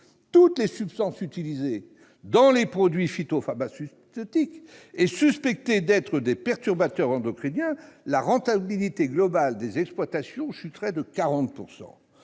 toutes les substances utilisées dans les produits phytopharmaceutiques et suspectées d'être des perturbateurs endocriniens, la rentabilité globale des exploitations chuterait de 40 %.